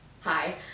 Hi